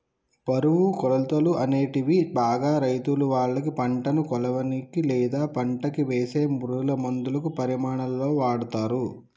బరువు, కొలతలు, అనేటివి బాగా రైతులువాళ్ళ పంటను కొలవనీకి, లేదా పంటకివేసే పురుగులమందుల పరిమాణాలలో వాడతరు